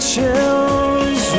Chills